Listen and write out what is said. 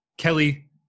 Kelly